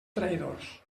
traïdors